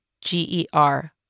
G-E-R